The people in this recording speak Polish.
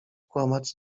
kłamać